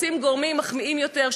רוצים גורמים מחמיאים יותר,